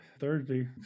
Thursday